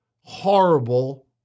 horrible